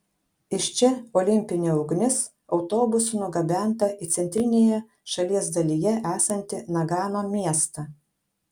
iš čia olimpinė ugnis autobusu nugabenta į centrinėje šalies dalyje esantį nagano miestą